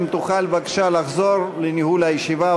אם תוכל בבקשה לחזור לניהול הישיבה,